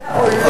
"עמיגור" ?